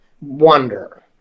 wonder